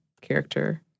character